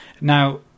Now